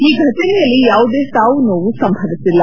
ಈ ಫಟನೆಯಲ್ಲಿ ಯಾವುದೇ ಸಾವು ನೋವು ಸಂಭವಿಸಿಲ್ಲ